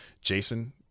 Jason